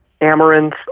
amaranth